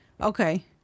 Okay